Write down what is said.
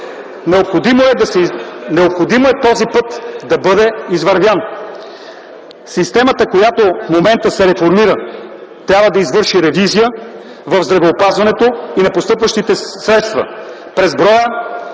Необходимо е този път да бъде извървян. Системата, която в момента се реформира, трябва да извърши ревизия в здравеопазването и на постъпващите средства през броя